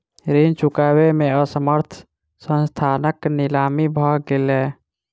ऋण चुकबै में असमर्थ संस्थानक नीलामी भ गेलै